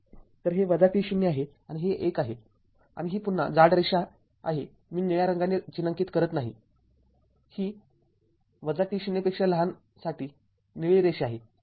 आणि हे १ आहे आणि ही पुन्हा जाड रेषा आहे मी निळ्या रंगाने चिन्हांकित करत नाही ही t० साठी निळी रेषा आहे